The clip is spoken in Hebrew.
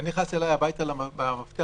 אתה נכנס אליי הביתה אני